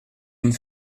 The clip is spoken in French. une